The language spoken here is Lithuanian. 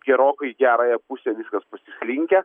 gerokai į gerąją pusę viskas pasislinkę